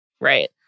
Right